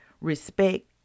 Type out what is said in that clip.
respect